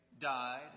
died